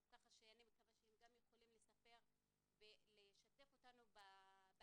כך שאני מקווה שהם יוכלו לספר ולשתף אותנו בלמידה.